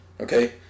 okay